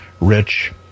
rich